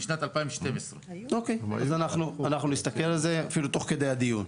שנת 2012. אנחנו נסתכל על זה אפילו תוך כדי הדיון.